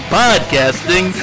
podcasting